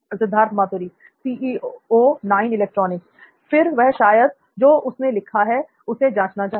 सिद्धार्थ मातुरी फिर वह शायद जो उसने लिखा है उसे जांचना चाहेगा